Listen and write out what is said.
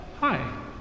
Hi